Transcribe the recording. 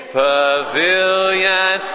pavilion